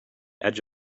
edge